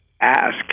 ask